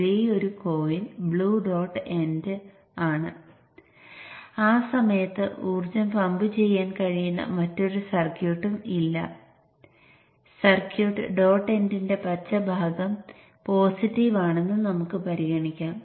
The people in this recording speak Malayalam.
Vin2 ൽ നോൺ ഡോട്ട് എൻഡ് ആണെന്ന് നിങ്ങൾ കാണും